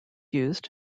used